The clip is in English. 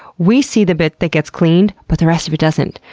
we see the bit that gets cleaned but the rest of it doesn't.